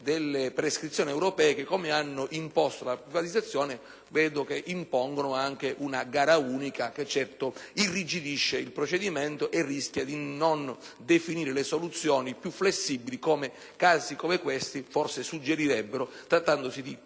delle prescrizioni europee che, come hanno imposto la privatizzazione, impongono anche una gara unica che indubbiamente irrigidisce il procedimento e rischia di non definire soluzioni più flessibili, come casi come questo forse richiederebbero, trattandosi di